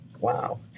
wow